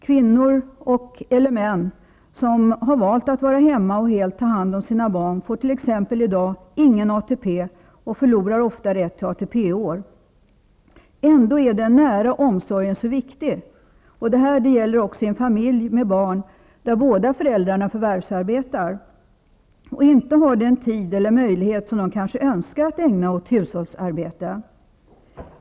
Kvinnor eller män som har valt att vara hemma och helt ta hand om sina barn får t.ex. i dag ingen ATP, och förlorar ofta rätt till ATP-år. Ändå är den nära omsorgen så viktig. Detta gäller också i en barnfamilj där båda föräldrarna förvärvsarbetar och inte har den tid eller möjlighet som de kanske önskar att ägna åt hushållsarbete.